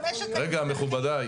אבל אני מבקשת שנשמע את המשק האזרחי.